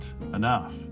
enough